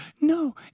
no